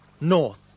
North